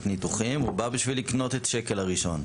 ניתוחים הוא בא בשביל לקנות את השקל הראשון.